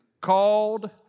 called